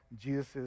Jesus